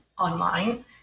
online